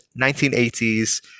1980s